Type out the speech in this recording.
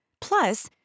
Plus